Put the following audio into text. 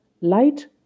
Light